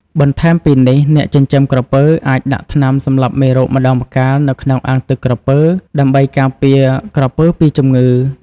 បន្ថែមពីនេះអ្នកចិញ្ចឹមក្រពើអាចដាក់ថ្នាំសម្លាប់មេរោគម្តងម្កាលនៅក្នុងអាងទឹកក្រពើដើម្បីការពារក្រពើពីជំងឺ។